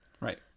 right